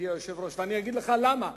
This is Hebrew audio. ואני אגיד לך למה.